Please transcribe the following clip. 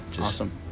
awesome